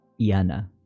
Iana